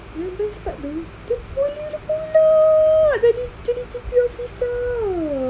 member start though dia boleh lah pula jadi jadi T_P officer